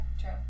True